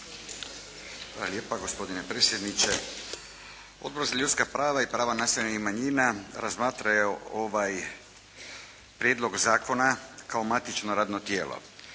Hvala lijepa gospodine predsjedniče. Odbor za ljudska prava i prava nacionalnih manjina razmatrao je ovaj prijedlog zakona kao matično radno tijelo.